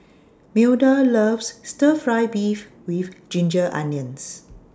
Milda loves Stir Fry Beef with Ginger Onions